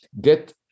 get